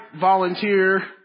volunteer